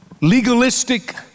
legalistic